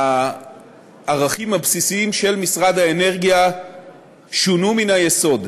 הערכים הבסיסיים של משרד האנרגיה שונו מן היסוד.